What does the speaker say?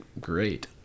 great